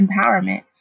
empowerment